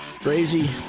Crazy